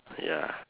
ya